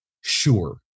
sure